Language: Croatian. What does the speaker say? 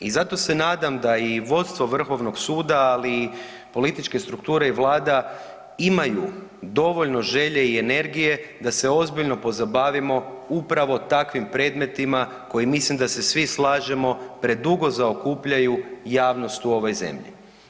I zato se nadam da i vodstvo Vrhovnog suda, ali i političke strukture i Vlada imaju dovoljno želje i energije da se ozbiljno pozabavimo upravo takvim predmetima koji mislim da se svi slažemo predugo zaokupljaju javnost u ovoj zemlji.